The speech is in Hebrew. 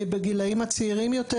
בגילאים הצעירים יותר,